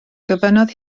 gofynnodd